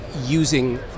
using